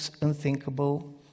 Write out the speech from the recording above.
unthinkable